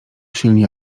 silni